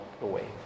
away